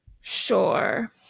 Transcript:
sure